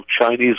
Chinese